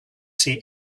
see